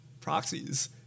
proxies